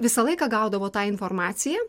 visą laiką gaudavo tą informaciją